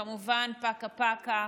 וכמובן פקה-פקה,